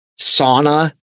sauna